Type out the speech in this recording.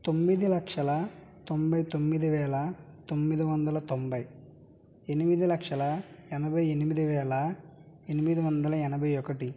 తొమ్మిది లక్షల తొంభై తొమ్మిది వేల తొమ్మిది వందల తొంభై ఎనిమిది లక్షల ఎనభై ఎనిమిది వేల ఎనిమిది వందల ఎనభై ఒకటి